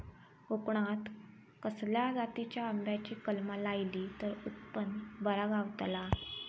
कोकणात खसल्या जातीच्या आंब्याची कलमा लायली तर उत्पन बरा गावताला?